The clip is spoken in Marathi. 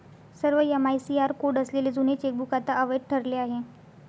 सर्व एम.आय.सी.आर कोड असलेले जुने चेकबुक आता अवैध ठरले आहे